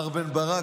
מר בן ברק,